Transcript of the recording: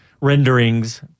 renderings